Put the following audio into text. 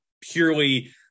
purely